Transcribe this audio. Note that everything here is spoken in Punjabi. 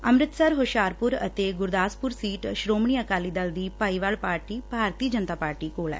ਅੰਮ੍ਤਿਤਸਰ ਹੁਸ਼ਿਆਰਪੁਰ ਅਤੇ ਗੁਰਦਾਸਪੁਰ ਸੀਟ ਸ੍ਰੋਮਣੀ ਅਕਾਲੀ ਦਲ ਦੀ ਭਾਈਵਾਲ ਪਾਰਟੀ ਭਾਰਤੀ ਜਨਤਾ ਪਾਰਟੀ ਕੋਲ ਏ